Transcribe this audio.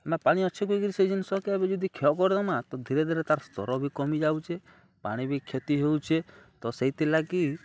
ନା ପାଣି ଅଛି କିରି ସେଇ ଜିନିଷ କେ ଏବେ ଯଦି ଖେବର୍ ଦମା ତ ଧୀରେ ଧୀରେ ତା'ର ସ୍ତର ବି କମିଯାଉଛେ ପାଣି ବି କ୍ଷତି ହେଉଛେ ତ ସେଇଥିଲାଗି